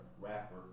rapper